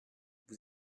vous